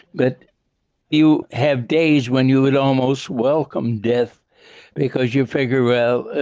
but you have days when you would almost welcome death because you figure, well,